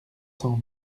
cent